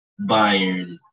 Bayern